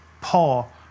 Paul